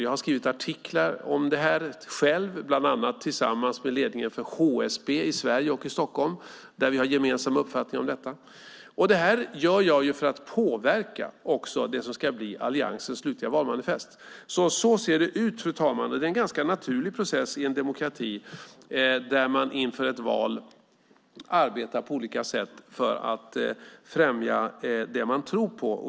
Jag har skrivit artiklar om detta, bland annat tillsammans med ledningen för HSB i Sverige och HSB i Stockholm. Vi har gemensamma uppfattningar om detta. Det här gör jag för att påverka också det som ska bli Alliansens slutliga valmanifest. Så ser det ut, herr talman. Det är en naturlig process i en demokrati där man inför ett val arbetar på olika sätt för att främja det man tror på.